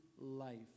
life